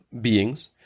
beings